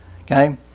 Okay